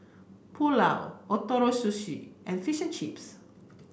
Pulao Ootoro Sushi and Fish and Chips